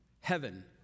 Heaven